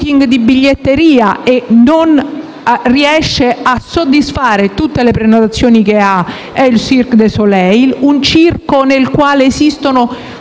di biglietteria e non riesce a soddisfare tutte le prenotazioni è il Cirque du Soleil, un circo nel quale esistono